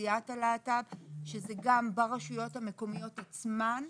לאוכלוסיית הלהט"ב שזה גם ברשויות המקומיות עצמן,